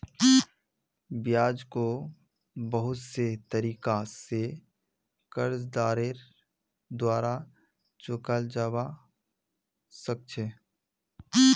ब्याजको बहुत से तरीका स कर्जदारेर द्वारा चुकाल जबा सक छ